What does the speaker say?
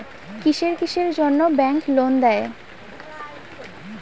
কিসের কিসের জন্যে ব্যাংক লোন দেয়?